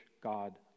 God